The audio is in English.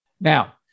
Now